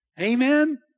Amen